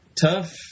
tough